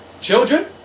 Children